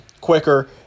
quicker